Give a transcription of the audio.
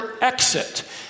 exit